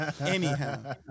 Anyhow